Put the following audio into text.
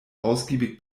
ausgiebig